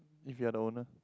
if you're the owner